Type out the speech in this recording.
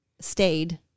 stayed